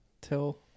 Till